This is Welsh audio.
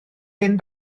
hen